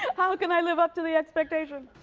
how can i live up to the expectation?